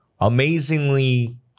amazingly